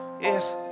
Yes